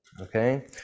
Okay